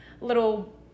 little